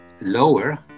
lower